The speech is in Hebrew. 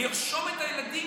חלק ניכר מתקציבה,